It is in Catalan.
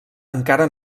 encara